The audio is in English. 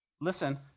listen